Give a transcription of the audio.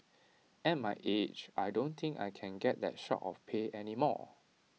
at my age I don't think I can get that sort of pay any more